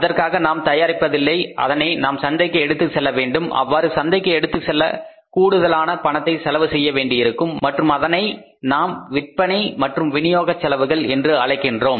அதற்காக நாம் தயாரிப்பதில்லை அதனை நாம் சந்தைக்கு எடுத்துச் செல்ல வேண்டும் அவ்வாறு சந்தைக்கு எடுத்துச் செல்ல கூடுதலாக பணத்தை செலவு செய்ய வேண்டியிருக்கும் மற்றும் கூடுதலான செலவு செய்ய வேண்டியிருக்கும் மற்றும் அதனை நாம் விற்பனை மற்றும் விநியோக செலவுகள் என்று அழைக்கின்றோம்